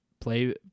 play